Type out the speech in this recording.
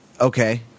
Okay